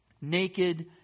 naked